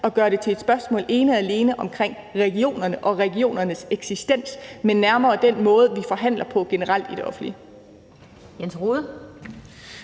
og alene at være et spørgsmål om regionerne og regionernes eksistens, men nærmere den måde, vi forhandler på generelt i det offentlige.